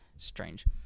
Strange